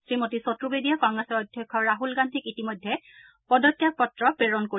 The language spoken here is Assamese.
শ্ৰীমতী চতুৰ্বেদীয়ে কংগ্ৰেছৰ অধ্যক্ষ ৰাছল গান্ধীক ইতিমধ্যে পদত্যাগ পত্ৰ প্ৰেৰণ কৰিছে